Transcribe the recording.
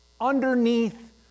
underneath